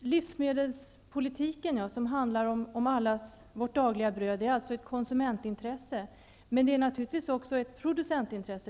Livsmedelspolitiken som handlar om allas vårt dagliga bröd är alltså ett konsumentintresse. Men det är naturligtvis också ett producentintresse.